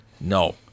No